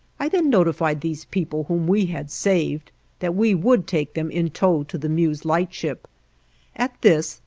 i then notified these people whom we had saved that we would take them in tow to the meuse lightship at this,